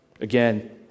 Again